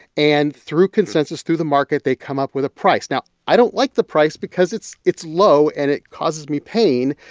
and through consensus, through the market, they come up with a price. now, i don't like the price because it's it's low and it causes me pain.